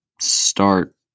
start